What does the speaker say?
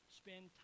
spend